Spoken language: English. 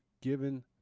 given